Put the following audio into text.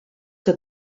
que